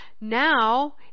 now